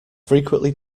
frequently